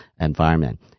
environment